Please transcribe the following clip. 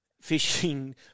fishing